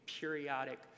periodic